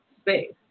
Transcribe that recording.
space